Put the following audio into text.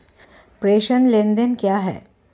प्रेषण लेनदेन क्या है?